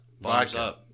Vodka